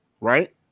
right